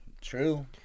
true